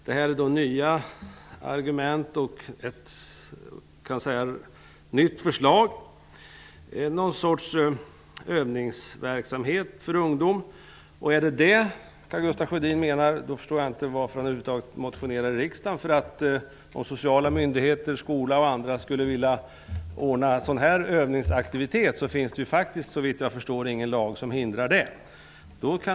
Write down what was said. Det är nya argument för ett nytt förslag, med någon sorts övningsverksamhet för ungdomar. Om det är det som Karl Gustaf Sjödin menar, förstår jag över huvud taget inte varför han motionerar i riksdagen. Om sociala myndigheter, skolor och andra skulle vilja ordna en sådan här övningsaktivitet finns det, såvitt jag förstår, ingen lag som hindrar det.